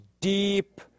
deep